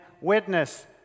witness